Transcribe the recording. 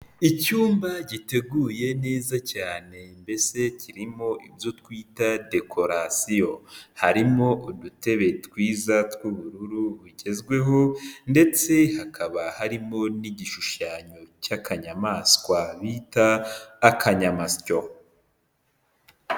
icyumba giteguye neza cyane mbese kirimo ibyo twita dekorarasiyo harimo udutebe twiza tw'ubururu bugezweho ndetse hakaba harimo n'igishushanyo cy'akanyamaswa bita akanyamasyo.